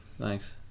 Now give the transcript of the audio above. Thanks